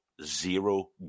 Zero